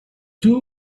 two